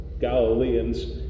Galileans